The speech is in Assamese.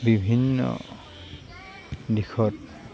বিভিন্ন দিশত